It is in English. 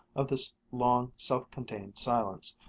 of this long self-contained silence,